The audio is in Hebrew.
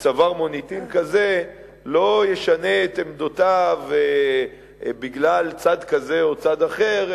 שצבר מוניטין כזה לא ישנה את עמדותיו בגלל צד כזה או צד אחר,